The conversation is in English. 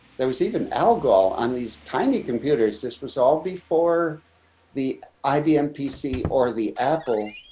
there was even alcohol on these tiny computers. this was all before the ibm pc or the apple.